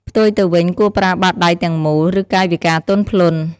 ផ្ទុយទៅវិញ គួរប្រើបាតដៃទាំងមូល ឬកាយវិការទន់ភ្លន់។